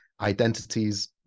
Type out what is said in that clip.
identities